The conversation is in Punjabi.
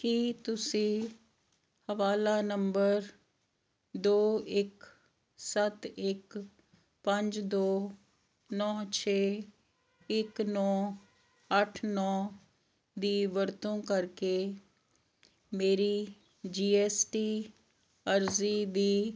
ਕੀ ਤੁਸੀਂ ਹਵਾਲਾ ਨੰਬਰ ਦੋ ਇੱਕ ਸੱਤ ਇੱਕ ਪੰਜ ਦੋ ਨੌ ਛੇ ਇੱਕ ਨੌ ਅੱਠ ਨੌ ਦੀ ਵਰਤੋਂ ਕਰਕੇ ਮੇਰੀ ਜੀ ਐੱਸ ਟੀ ਅਰਜ਼ੀ ਦੀ